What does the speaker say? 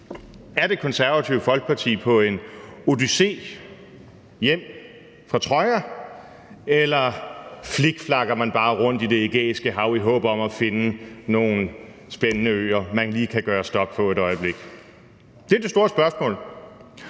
Er Det Konservative Folkeparti på en odyssé hjem fra Troja eller flikflakker man bare rundt i Det Ægæiske Hav i håb om at finde nogle spændende øer, man lige kan gøre stop på et øjeblik? Det er det store spørgsmål.